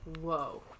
whoa